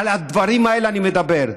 על הדברים האלה אני מדבר,